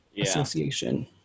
association